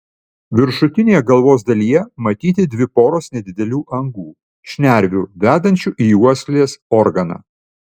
viršutinėje galvos dalyje matyti dvi poros nedidelių angų šnervių vedančių į uoslės organą